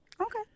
okay